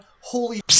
Holy